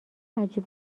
عجیب